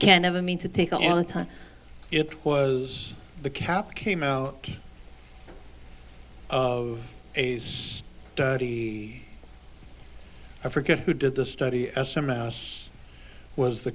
can never mean to take all the time it was the cap came out of a s study i forget who did the study as some ousts was the